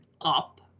up